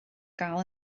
gael